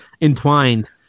entwined